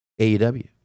AEW